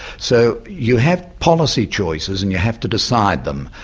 so you have policy choices and you have to decide them,